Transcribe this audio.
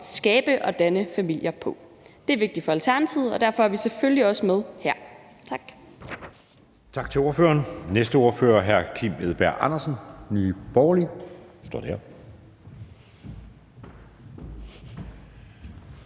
skabe og danne familier på. Det er vigtigt for Alternativet, og derfor er vi selvfølgelig også med her. Tak.